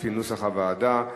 לפי נוסח הוועדה.